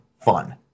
fun